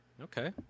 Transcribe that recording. Okay